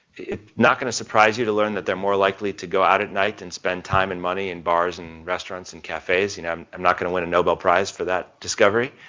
it's not going to surprise you learn that they're more likely to go out at night and spend time and money in bars and restaurants and cafes, you know i'm i'm not going to win a nobel prize for that discovery.